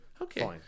Okay